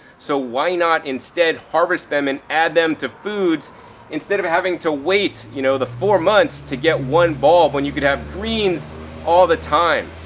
so why not instead harvest them and add them to foods instead of having to wait, you know, the four months to get one bulb when you could have greens all the time.